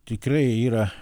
tikrai yra